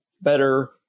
better